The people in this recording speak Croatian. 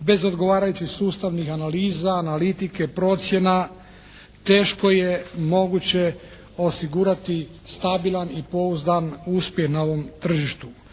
bez odgovarajućih sustavnih analiza, analitike, procjena, teško je moguće osigurati stabilan i pouzdan uspjeh na ovom tržištu.